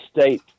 state –